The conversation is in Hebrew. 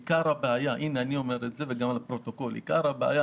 עיקר הבעיה הנה אני אומר את זה לפרוטוקול שעד